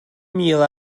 mil